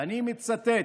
ואני מצטט: